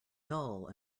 dull